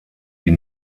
die